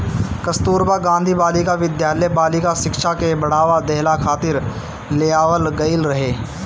कस्तूरबा गांधी बालिका विद्यालय बालिका शिक्षा के बढ़ावा देहला खातिर लियावल गईल रहे